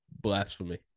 blasphemy